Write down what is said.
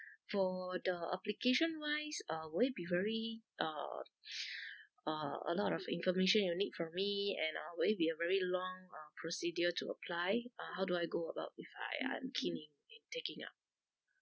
for the application-wise uh will it be very uh uh a lot of information you'll need from me and uh will it be a very long uh procedure to apply uh how do I go about if I I'm keen in in taking up